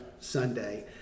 Sunday